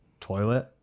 toilet